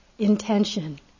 intention